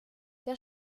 der